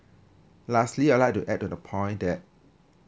lastly I like to add to the point that